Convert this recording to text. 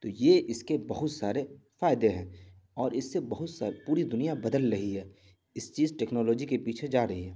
تو یہ اس کے بہت سارے فائدے ہیں اور اس سے بہت سا پوری دنیا بدل رہی ہے اس چیز ٹکنالوجی کے پیچھے جا رہی ہے